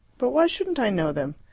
but why shouldn't i know them?